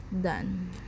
done